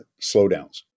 slowdowns